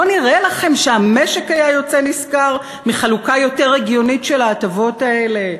לא נראה לכם שהמשק היה יוצא נשכר מחלוקה יותר הגיונית של ההטבות האלה?